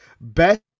Best